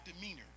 demeanor